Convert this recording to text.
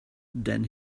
than